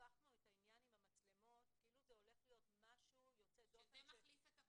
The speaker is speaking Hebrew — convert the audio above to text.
הפכנו את עניין המצלמות כאילו זה הופך להיות משהו שמחליף את הכל.